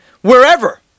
wherever